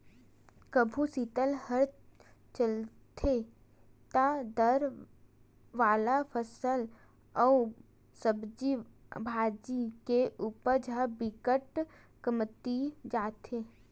कभू सीतलहर चलथे त दार वाला फसल अउ सब्जी भाजी के उपज ह बिकट कमतिया जाथे